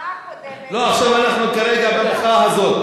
במחאה הקודמת, לא, אנחנו עכשיו כרגע במחאה הזאת.